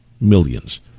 millions